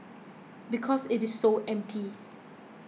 because it is so empty